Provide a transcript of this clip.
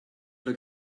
look